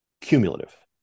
cumulative